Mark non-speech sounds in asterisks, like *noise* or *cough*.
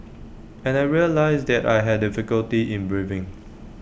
and I realised that I had difficulty in breathing *noise*